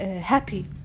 happy